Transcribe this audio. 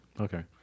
Okay